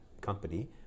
company